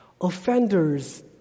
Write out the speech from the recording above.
offenders